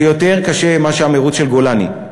זה יותר קשה מהמירוץ של גולני.